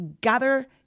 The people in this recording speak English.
gather